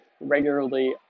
regularly